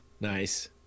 Nice